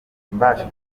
guhura